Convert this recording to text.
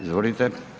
Izvolite.